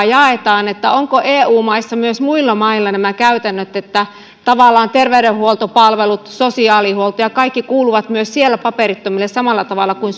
jaetaan onko eu maissa myös muilla mailla nämä käytännöt että tavallaan terveydenhuoltopalvelut sosiaalihuolto ja kaikki kuuluvat myös siellä paperittomille samalla tavalla kuin